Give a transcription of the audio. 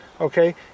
okay